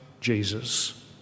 Jesus